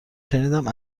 شنیدم